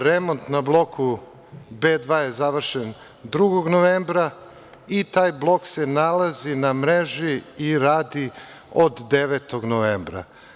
Remont na bloku B2 je završen 2. novembra i taj blok se nalazi na mreži i radi od 9 novembra.